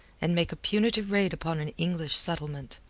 and make a punitive raid upon an english settlement.